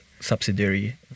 subsidiary